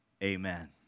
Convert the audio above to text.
amen